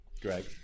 Greg